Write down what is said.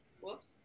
whoops